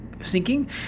sinking